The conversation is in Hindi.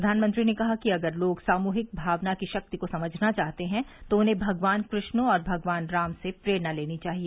प्रधानमंत्री ने कहा कि अगर लोग सामूहिक भावना की शक्ति को समझना चाहते हैं तो उन्हें भगवान कृष्ण और भगवान राम से प्रेरणा लेनी चाहिए